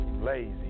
lazy